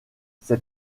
ses